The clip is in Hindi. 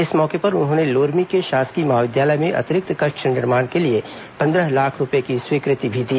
इस मौके पर उन्होंने लोरमी के शासकीय महाविद्यालय में अतिरिक्त कक्ष निर्माण के लिए पंद्रह लाख रूपए की स्वीकृति भी दी